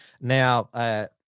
Now